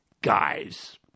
guys